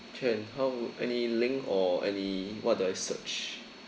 can how any link or any what do I search